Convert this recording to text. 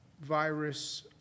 virus